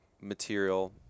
material